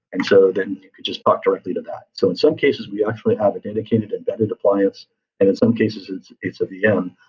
and so then you just talk directly to that. so in some cases, we actually have a dedicated embedded appliance and in some cases it's it's a vm,